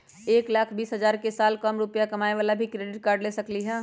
एक लाख बीस हजार के साल कम रुपयावाला भी क्रेडिट कार्ड ले सकली ह?